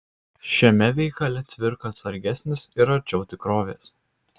šiame veikale cvirka atsargesnis ir arčiau tikrovės